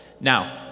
Now